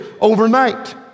overnight